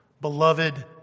Beloved